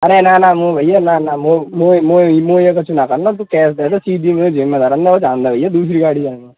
अरे ना ना मो भैया ना ना मो मोए मोए मोए यह कछु ना करना तू कैस देदे सीधी मैं जेब में धराँगा और जान दे भैया दूसरी गाड़ी आने वा